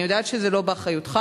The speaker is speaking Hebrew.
אני יודעת שזה לא באחריותך.